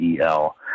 EL